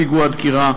פיגוע דקירה,